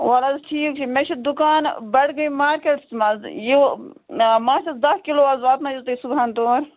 ولہٕ حظ ٹھیٖک چھُ مےٚ چھِ دُکان بَڈٕگٲمۍ مارکٮ۪ٹَس منٛز یہِ مانٛچھَس دَہ کِلوٗ حظ واتنٲوِو تُہۍ صُبحَن تور